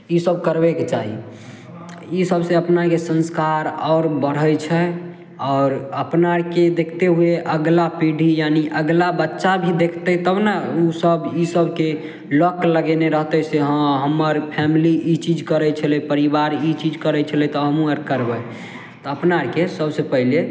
ई सब करबेके चाही ई सबसे अपनाके संस्कार आओर बढ़ै छै आओर अपना आरके देखते हुए अगला पीढ़ी यानि अगला बच्चा भी देखतै तब ने ओ सब ई सबके लत लगेने रहतै से हँ हम्मर फेमिली ई चीज करै छलै परिवार ई चीज करै छलै तऽ हमहुँ आर करबै तऽ अपना आरके सबसॅं पहिले